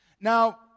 Now